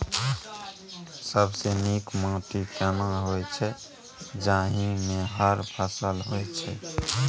सबसे नीक माटी केना होय छै, जाहि मे हर फसल होय छै?